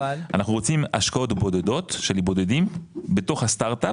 אנחנו רוצים השקעות בודדות של בודדים בתוך הסטארט אפ